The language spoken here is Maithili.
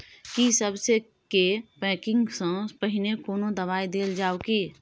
की सबसे के पैकिंग स पहिने कोनो दबाई देल जाव की?